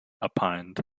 opined